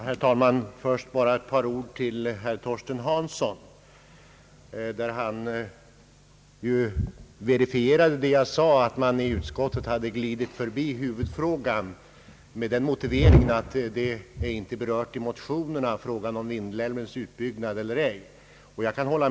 Herr talman! Jag vill först säga ett par ord till herr Torsten Hansson. Han verifierar vad jag sade, nämligen att vi i utskottet har glidit förbi huvudfrågan med den motiveringen att spörsmålet om Vindelälvens utbyggnad inte berörts i motionerna.